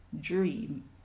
dream